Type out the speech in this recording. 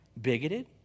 bigoted